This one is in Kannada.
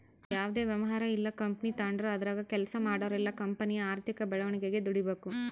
ಯಾವುದೇ ವ್ಯವಹಾರ ಇಲ್ಲ ಕಂಪನಿ ತಾಂಡ್ರು ಅದರಾಗ ಕೆಲ್ಸ ಮಾಡೋರೆಲ್ಲ ಕಂಪನಿಯ ಆರ್ಥಿಕ ಬೆಳವಣಿಗೆಗೆ ದುಡಿಬಕು